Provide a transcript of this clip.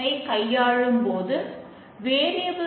இதுவே ஒரு வழி